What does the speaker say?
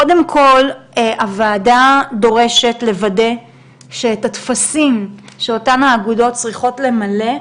קודם כל הוועדה דורשת לוודא שאת הטפסים שאותם האגודות צריכות למלא,